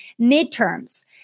midterms